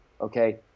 okay